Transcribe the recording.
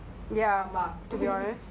I think it's more peaceful that way than like